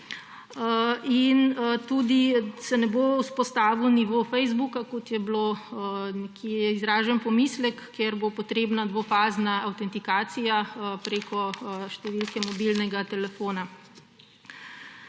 in tudi se ne bo vzpostavil nivo Facebooka, kot je bilo nekje izražen pomislek, ker bo potrebna dvofazna avtentikacija preko številke mobilnega telefona.